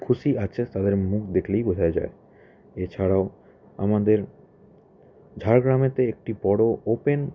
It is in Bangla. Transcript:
খুশি আছে তাদের মুখ দেখলেই বোঝা যায় এছাড়াও আমাদের ঝাড়গ্রামেতে একটি বড় ওপেন